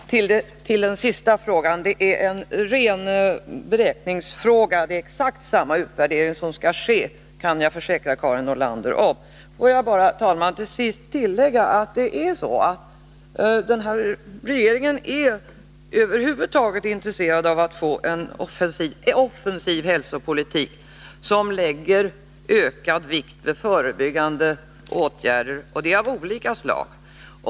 Herr talman! Som svar på den sista frågan vill jag säga att detta är en ren beräkningssak. Det är exakt samma utvärdering som skall ske, kan jag försäkra Karin Nordlander. Får jag, herr talman, till sist bara tillägga att den här regeringen över huvud taget är intresserad av att få en offensiv hälsopolitik, som lägger ökad vikt vid förebyggande åtgärder av olika slag.